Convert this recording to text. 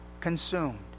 consumed